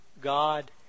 God